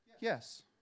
Yes